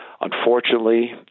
unfortunately